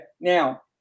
Now